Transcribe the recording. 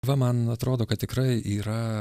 va man atrodo kad tikrai yra